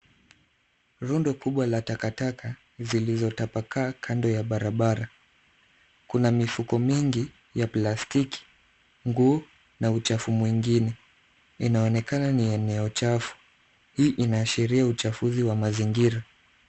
Rundo kubwa la takataka zilizotapakaa kando ya barabara. Kuna mifuko mingi ya plastiki, nguo na uchafu mwingine. Inaonekana ni eneo chafu. Hii inaashiria uchafuzi wa mazingira.